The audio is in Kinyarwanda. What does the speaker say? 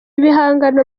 bihangano